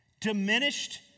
diminished